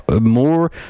More